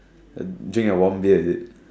uh drink a warm beer is it